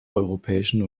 europäischen